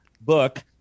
book